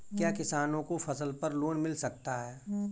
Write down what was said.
क्या किसानों को फसल पर लोन मिल सकता है?